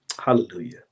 Hallelujah